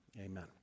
Amen